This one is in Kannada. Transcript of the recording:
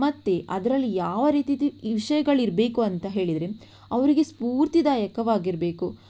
ಮತ್ತೆ ಅದರಲ್ಲಿ ಯಾವ ರೀತಿಯದು ವಿಷಯಗಳಿರಬೇಕು ಅಂತ ಹೇಳಿದರೆ ಅವರಿಗೆ ಸ್ಫೂರ್ತಿದಾಯಕವಾಗಿರಬೇಕು